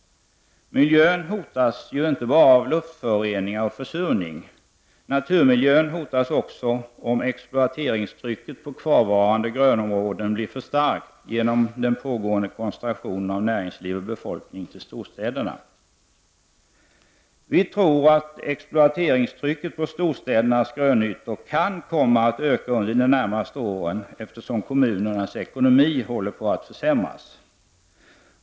Miljön hotas ju inte bara av luftföroreningar och försurning. Naturmiljön hotas också om exploateringstrycket på kvarvarande grönområden blir för starkt genom den pågående koncentrationen av näringsliv och befolkning till storstäderna. Vi tror att exploateringstrycket på storstädernas grönytor kan komma att öka under de närmaste åren, eftersom kommunernas ekonomi håller på att försämras.